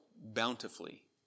bountifully